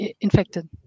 infected